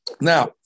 Now